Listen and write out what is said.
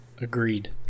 Agreed